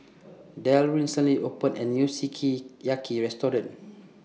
Del recently opened A New Sukiyaki Restaurant